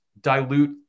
dilute